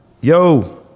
Yo